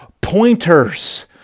pointers